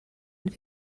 and